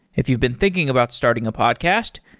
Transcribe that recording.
if you've been thinking about starting a podcast,